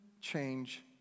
change